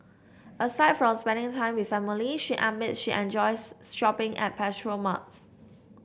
aside from spending time with family she admits she enjoys shopping at petrol marts